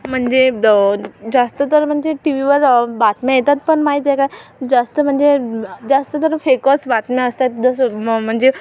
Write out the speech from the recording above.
म्हणजे जास्त तर म्हणजे टी वीवर बातम्या येतात पण माहितेय काय जास्त म्हणजे जास्ततर फेकच बातम्या असतात जसं म्ह म्हणजे